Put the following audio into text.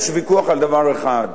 יש ויכוח על דבר אחד,